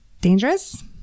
dangerous